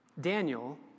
Daniel